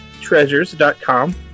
treasures.com